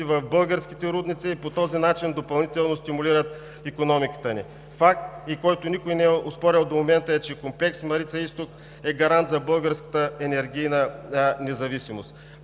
в българските рудници, и по този начин допълнително стимулират икономиката ни. Факт, който никой не е оспорил до момента, е, че Комплекс „Марица изток“ е гарант за българската енергийна независимост.